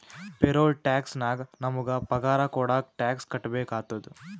payroll tax ನಾಗ್ ನಮುಗ ಪಗಾರ ಕೊಡಾಗ್ ಟ್ಯಾಕ್ಸ್ ಕಟ್ಬೇಕ ಆತ್ತುದ